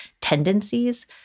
tendencies